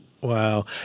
Wow